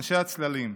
אנשי הצללים.